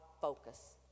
focus